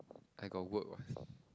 I got work what